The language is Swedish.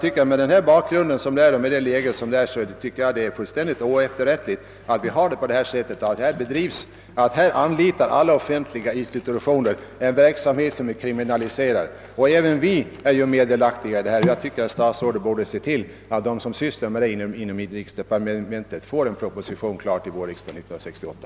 Med den bakgrund jag givit finner jag det absurt att en rad offentliga institutioner anlitar en verksamhet som är nyttig men kriminaliserad — och vi i riksdagen är som sagt delaktiga häri. Jag tycker att statsrådet borde se till att de som sysslar med denna fråga inom inrikesdepartementet får en proposition klar till vårriksdagen 1968.